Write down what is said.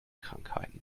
krankheiten